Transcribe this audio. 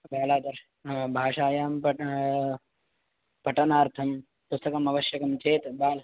बालादर्शः भाषायां पठ पठनार्थं पुस्तकम् आवश्यकं चेत् बाल